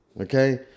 Okay